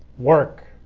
work,